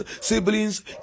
siblings